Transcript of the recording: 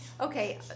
okay